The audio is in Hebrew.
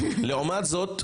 לעומת זאת,